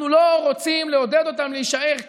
אנחנו לא רוצים לעודד אותם להישאר כאן.